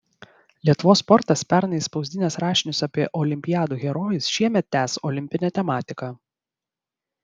lietuvos sportas pernai spausdinęs rašinius apie olimpiadų herojus šiemet tęs olimpinę tematiką